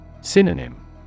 Synonym